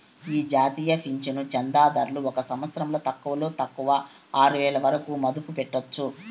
ఈ జాతీయ పింఛను చందాదారులు ఒక సంవత్సరంల తక్కువలో తక్కువ ఆరువేల వరకు మదుపు పెట్టొచ్చు